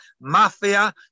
mafia